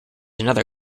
another